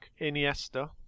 iniesta